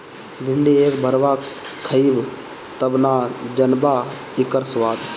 भिन्डी एक भरवा खइब तब न जनबअ इकर स्वाद